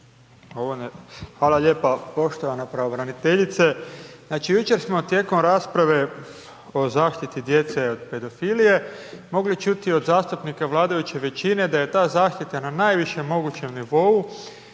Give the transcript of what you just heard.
Hvala lijepa poštovana pravobraniteljice, znači jučer smo tijekom rasprave o zaštiti djece od pedofilije mogli čuti od zastupnika vladajuće većine da je ta zaštita na najvišem mogućem nivou,